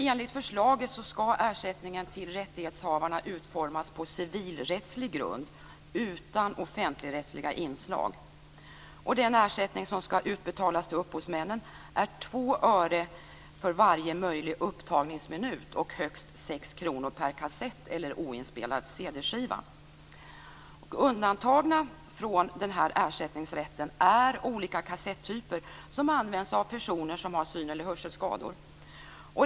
Enligt förslaget skall ersättningen till rättighetshavarna utformas på civilrättslig grund utan offentligrättsliga inslag. Den ersättning som skall utbetalas till upphovsmännen är 2 öre för varje möjlig upptagningsminut och högst 6 kr per kassett eller oinspelad Undantagna från den här ersättningsrätten är olika kassettyper som används av personer som har syneller hörselskador.